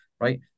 right